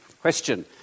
Question